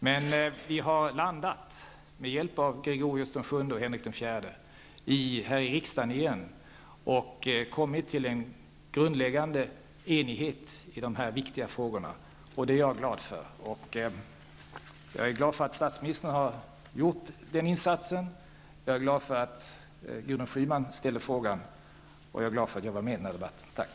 Men, med hjälp av Gregorius VII och Henrik IV, har vi åter landat här i riksdagen och kommit till en grundläggande enighet i de här viktiga frågorna. Jag är glad för detta. Jag är glad för att statsministern har gjort den insatsen, jag är glad för att Gudrun Schyman ställde sin interpellation, och jag är glad för att jag var med i debatten. Tack!